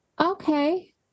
Okay